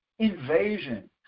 Invasion